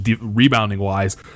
rebounding-wise